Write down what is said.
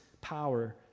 power